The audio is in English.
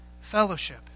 Fellowship